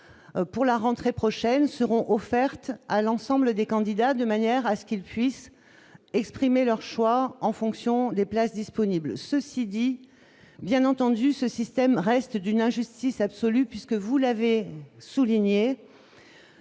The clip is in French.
pour la rentrée prochaine seront offertes à l'ensemble des candidats, de manière à ce qu'ils puissent exprimer leur choix en fonction des places disponibles, ceci dit, bien entendu, ce système reste d'une injustice absolue puisque vous l'avez souligné